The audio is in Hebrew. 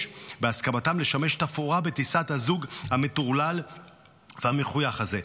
בהסכמתם לשמש תפאורה בטיסת הזוג המטורלל והמחויך הזה".